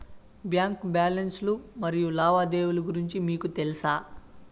Bank balance లు మరియు లావాదేవీలు గురించి మీకు తెల్సా?